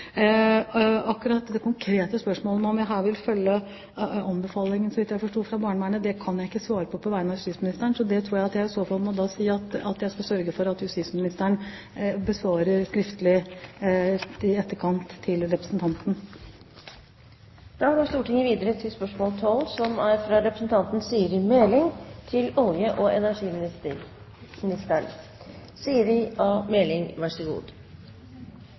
det gjelder det konkrete spørsmålet, om jeg her vil følge anbefalingen, så vidt jeg forsto, fra barnevernet: Det kan jeg ikke svare på på vegne av justisministeren, men jeg skal sørge for at justisministeren besvarer det skriftlig i etterkant til representanten. Jeg tillater meg å stille følgende spørsmål til olje- og energiministeren: «NVE har til behandling 6 konsesjonssøknader for mikro-, mini- og småkraftverk i Bjerkreimsvassdraget. Disse søknadene har vært til